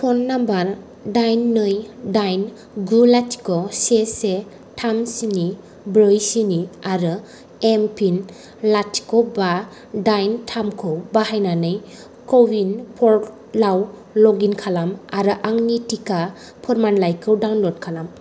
phone number दाइन नै दाइन गु लाथिख' से से थाम स्नि ब्रै स्नि आरो एमपिन लाथिख' बा दाइन थामखौ बाहायनानै क'विन पर्टलाव लगइन खालाम आरो आंनि टिका फोरमानलाइखौ डाउनलड खालाम